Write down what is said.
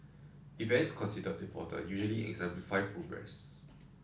events considered important usually exemplify progress